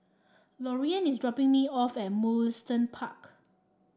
Lorean is dropping me off at Mugliston Park